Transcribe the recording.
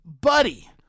buddy